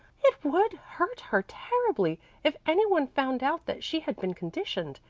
it would hurt her terribly if any one found out that she had been conditioned.